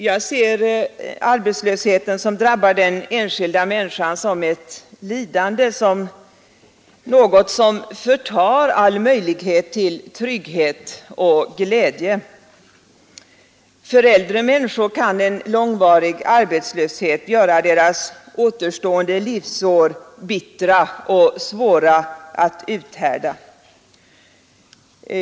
Jag ser arbetslösheten som drabbar den enskilda människan som ett lidande, som något som förtar all möjlighet till trygghet och glädje. För äldre människor kan en långvarig arbetslöshet göra deras återstående livsår bittra och svåra att uthärda.